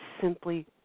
simply